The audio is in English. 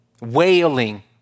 wailing